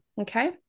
Okay